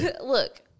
Look